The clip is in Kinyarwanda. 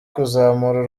kuzamura